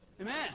Amen